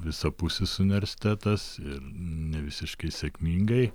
visapusis universitetas ir ne visiškai sėkmingai